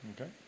Okay